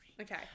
Okay